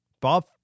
Bob